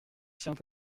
tient